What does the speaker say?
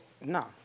No